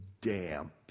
damp